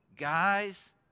Guys